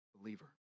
believer